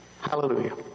Hallelujah